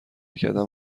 کردن